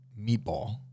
meatball